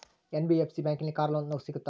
NBFC ಬ್ಯಾಂಕಿನಲ್ಲಿ car loan ಸಿಗುತ್ತಾ?